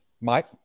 Mike